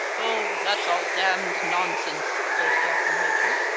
oh, that's all damned nonsense! burst out the major.